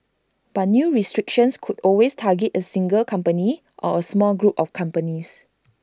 but new restrictions could always target A single company or A small group of companies